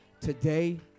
Today